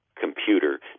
computer